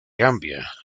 gambia